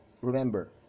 remember